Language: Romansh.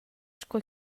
sco